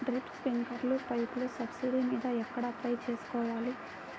Drip, స్ప్రింకర్లు పైపులు subsidy మీద ఎక్కడ అప్లై చేసుకోవాలి?